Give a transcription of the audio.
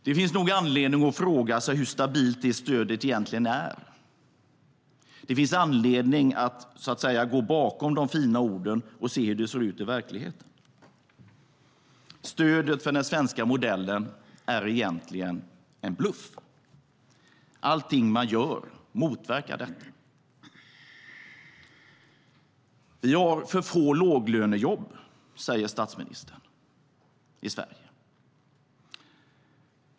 Det finns nog anledning att fråga sig hur stabilt det stödet egentligen är. Det finns anledning att gå bakom de fina orden och se hur det ser ut i verkligheten. Stödet för den svenska modellen är egentligen en bluff. Allting man gör motverkar den. Vi har för få låglönejobb, säger Sveriges statsminister.